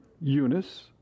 Eunice